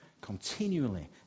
continually